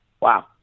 Wow